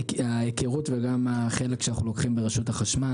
ההיכרות וגם החלק שאנחנו לוקחים ברשות החשמל,